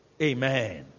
Amen